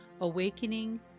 Awakening